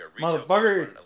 Motherfucker